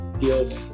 deals